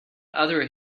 other